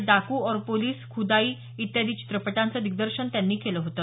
डाकू और पोलीस खुदाई इत्यादी चित्रपटांचं दिग्दर्शन त्यांनी केलं होतं